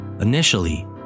Initially